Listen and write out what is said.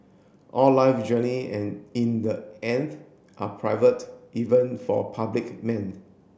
all life journey in the end are private even for public men